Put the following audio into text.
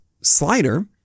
slider